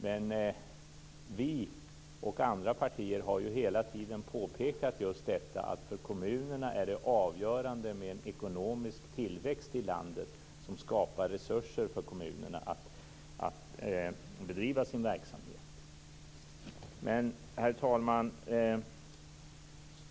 Men vi och andra partier har hela tiden påpekat just att för kommunerna är det avgörande med ekonomisk tillväxt i landet som skapar resurser för kommunerna att bedriva sin verksamhet. Herr talman!